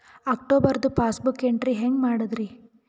ಅಕ್ಟೋಬರ್ದು passbook entry ಹೆಂಗ್ ಮಾಡದ್ರಿ?